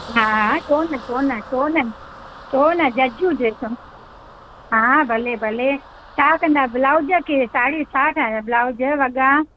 हा छो न छो न छो न छो न झझूं ड्रेसूं आहिनि हा भले भले छा कंदा ब्लाउज़ की साड़ी छा ठाहियां ब्लाउज़ वॻा